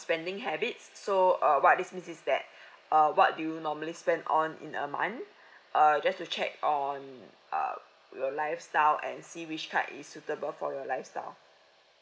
spending habit so uh what it mean is that uh what do you normally spend on in a month err just to check on um your lifestyle and see which card is suitable for your lifestyle